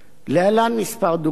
להלן כמה דוגמאות: